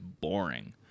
boring